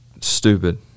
stupid